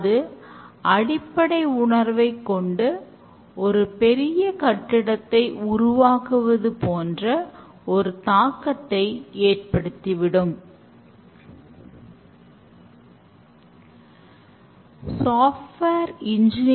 இதன்மூலம் தங்கள் இடத்தை இருவரும் மாற்றிக் கொள்வார்கள் இருவரும் நல்ல புரிதலோடு coding செய்வதன் மூலம் குறைகள் களையப்படுகின்றன